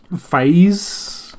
phase